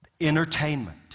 Entertainment